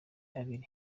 abiri